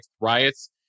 riots